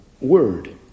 word